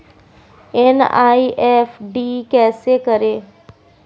NEFT कैसे करें?